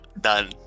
done